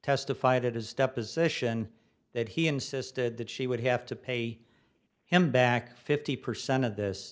testified at his deposition that he insisted that she would have to pay him back fifty percent of this